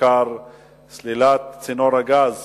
ובעיקר צינור הגז